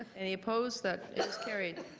any opposed? that is carried.